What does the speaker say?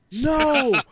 no